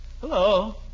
Hello